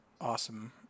awesome